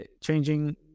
changing